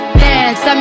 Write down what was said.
dance